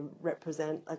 represent